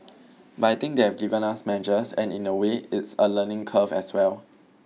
but I think they've given us measures and in a way it's a learning curve as well